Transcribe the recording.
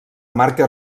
marca